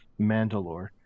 Mandalore